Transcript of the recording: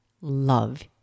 love